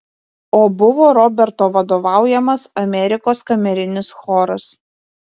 o buvo roberto vadovaujamas amerikos kamerinis choras